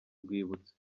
rwibutso